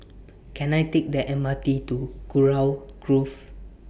Can I Take The M R T to Kurau Grove